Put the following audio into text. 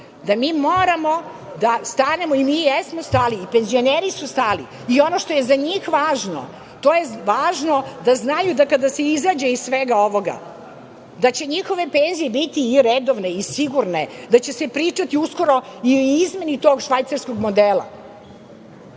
da mi moramo da stanemo i mi jesmo stali i penzioneri su stali, i ono što je za njih važno, to je važno da znaju da kada se izađe iz svega ovoga da će njihove penzije biti redovne, sigurne, da će se pričati uskoro i o izmeni tog švajcarskog modela,